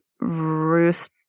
Roost